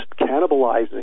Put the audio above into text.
cannibalizing